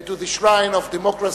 and to the shrine of democracy,